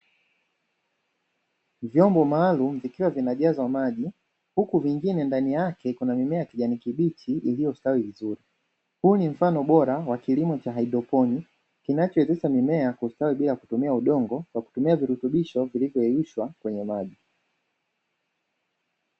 Vyombo maalumu vikiwa vinajazwa maji huku vingine ndani yake kuna mimea ya kijani kibichi iliyostawi vizuri, huu ni mfano bora wa kilimo cha haidroponi kinachowezesha mimea kustawi bila kutumia udongo kwa kutumia virutubisho vilivyoyeyushwa kwenye maji.